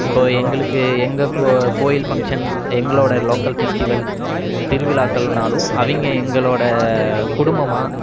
இப்போது எங்களுக்கு எங்கள் கு கோயில் ஃபங்க்ஷன் எங்களோடய லோக்கல் ஃபெஸ்ட்டிவல் திருவிழாக்கள்னாலும் அவங்க எங்களோடய குடும்பமாக